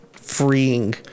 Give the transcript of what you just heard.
freeing